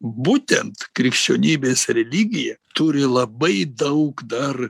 būtent krikščionybės religija turi labai daug dar